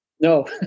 No